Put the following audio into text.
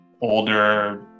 older